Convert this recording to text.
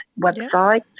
website